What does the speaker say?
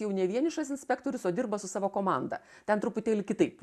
jau ne vienišas inspektorius o dirba su savo komanda ten truputėlį kitaip